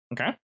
Okay